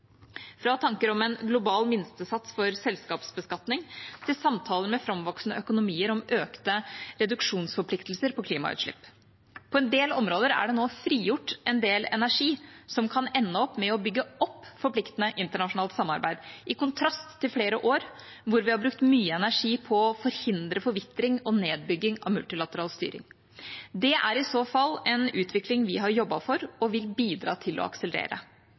fra tanker om en global minstesats for selskapsbeskatning til samtaler med framvoksende økonomier om økte reduksjonsforpliktelser på klimautslipp. På en del områder er det nå frigjort energi som kan ende opp med å bygge opp forpliktende internasjonalt samarbeid, i kontrast til flere år da vi har brukt mye energi på å forhindre forvitring og nedbygging av multilateral styring. Det er i så fall en utvikling vi har jobbet for og vil bidra til å akselerere.